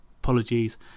apologies